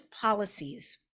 policies